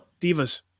Divas